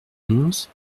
onze